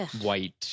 white